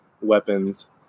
weapons